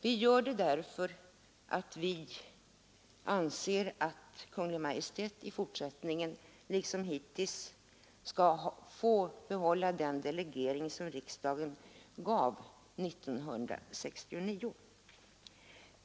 Vi gör det därför att vi anser att Kungl. Maj:t liksom hittills varit fallet också i fortsättningen skall få behålla den delegering som riksdagen gav 1969.